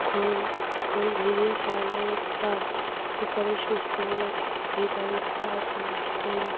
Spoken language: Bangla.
খোল খোল ভিজিয়ে খাওয়ালে তা তার পরে সুস্থ হয়ে যেত ভিটামিন খাওয়াতাম ভিটামিন